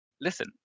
listen